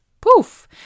poof